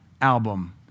album